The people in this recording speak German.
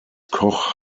koch